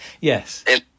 Yes